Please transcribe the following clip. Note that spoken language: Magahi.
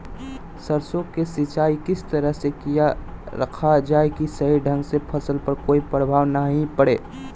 सरसों के सिंचाई किस तरह से किया रखा जाए कि सही ढंग से फसल पर कोई प्रभाव नहीं पड़े?